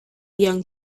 young